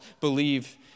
believe